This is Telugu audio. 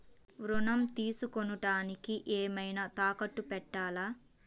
ఋణం తీసుకొనుటానికి ఏమైనా తాకట్టు పెట్టాలా?